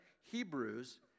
Hebrews